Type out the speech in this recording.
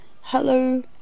Hello